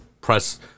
press